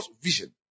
vision